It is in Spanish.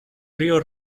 rio